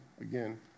Again